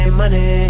money